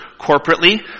corporately